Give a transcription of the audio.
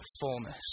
fullness